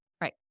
right